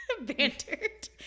bantered